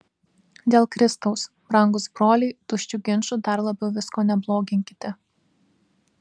dėl kristaus brangūs broliai tuščiu ginču dar labiau visko nebloginkite